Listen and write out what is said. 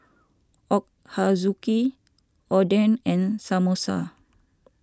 Ochazuke Oden and Samosa